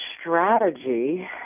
strategy